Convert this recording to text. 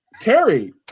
Terry